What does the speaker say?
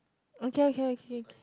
okay okay okay